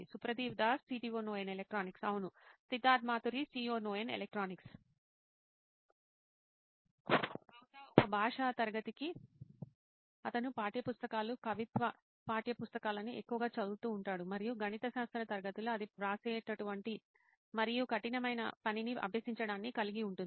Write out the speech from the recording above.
సుప్రతీవ్ Das CTO Noyin electronics అవును Siddharth Maturi CEO Noyin electronics బహుశా ఒక భాషా తరగతికి అతను పాఠ్య పుస్తకాలు కవిత్వ పాఠ్యపుస్తకాలను ఎక్కువగా చదువుతూ ఉంటాడు మరియు గణిత శాస్త్ర తరగతిలో అది వ్రాసేటటువంటి మరియు కఠినమైన పనిని అభ్యసించడాన్ని కలిగి ఉంటుంది